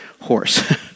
horse